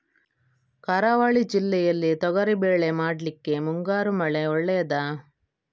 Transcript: ಕರಾವಳಿ ಜಿಲ್ಲೆಯಲ್ಲಿ ತೊಗರಿಬೇಳೆ ಮಾಡ್ಲಿಕ್ಕೆ ಮುಂಗಾರು ಮಳೆ ಒಳ್ಳೆಯದ?